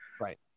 right